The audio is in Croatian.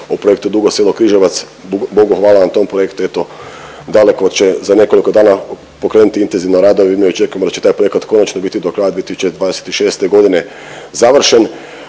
o projektu Dugo Selo – Križevac, Bogu hvala na tom projektu, eto daleko će za nekoliko dana pokrenuti intenzivno radovi, mi očekujemo da će taj projekat konačno biti do kraja 2026.g. završen.